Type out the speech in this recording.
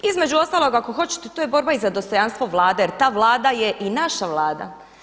Između ostalog ako hoćete to je borba i za dostojanstvo Vlade, jer ta Vlada je i naša Vlada.